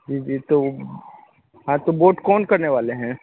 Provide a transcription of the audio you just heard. जी जी तो हाँ तो बोट कौन करने वाले हैं